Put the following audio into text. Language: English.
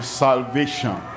salvation